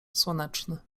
słoneczny